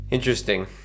Interesting